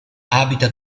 abita